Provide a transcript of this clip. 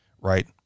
right